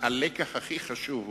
הלקח הכי חשוב הוא,